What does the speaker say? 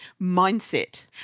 mindset